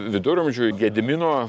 viduramžių gedimino